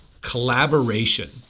collaboration